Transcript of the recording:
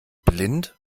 blind